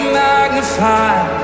magnified